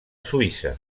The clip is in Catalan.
suïssa